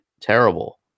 terrible